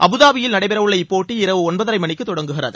அபுதாபியில் நடைபெறவுள்ள இப்போட்டி இரவு ஒன்பதரை மணிக்கு தொடங்குகிறது